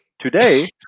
Today